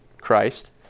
Christ